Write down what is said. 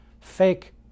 fake